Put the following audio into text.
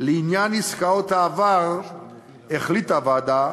לעניין עסקאות העבר החליטה הוועדה